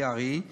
VRE,